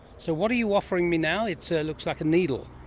so what are you offering me now? it so looks like a needle.